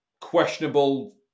questionable